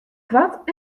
koart